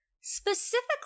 specifically